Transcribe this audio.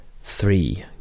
three